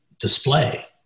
display